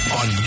on